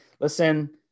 listen